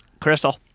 Crystal